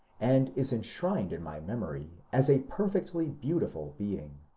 and is enshrined in my memory as a perfectly beautiful being.